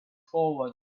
forward